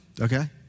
Okay